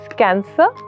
cancer